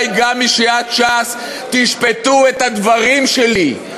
גם מסיעת ש"ס, תשפטו את הדברים שלי.